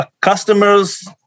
Customers